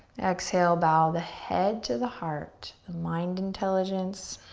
exhale, bow the head to the heart, the mind intelligence